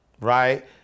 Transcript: right